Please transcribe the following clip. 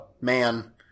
Man